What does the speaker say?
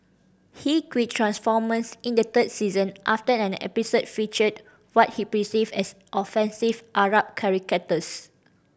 he quit Transformers in the third season after an episode featured what he perceived as offensive Arab caricatures